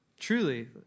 Truly